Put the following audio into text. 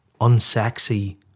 unsexy